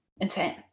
insane